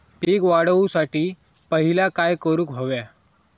पीक वाढवुसाठी पहिला काय करूक हव्या?